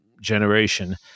generation